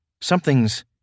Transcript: something's